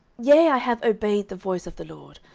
yea, i have obeyed the voice of the lord,